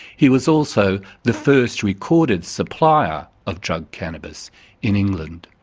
he was also the first recorded supplier of drug cannabis in england.